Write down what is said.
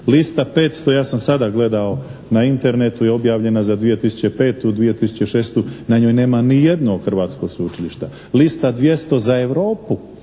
Lista 500, ja sam sada gledao na Internetu je objavljena za 2005., 2006., na njoj nema ni jednog hrvatskog sveučilišta. Lista 200 za Europu,